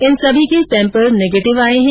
इन सभी के sample negative आये है